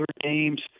games